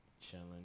chilling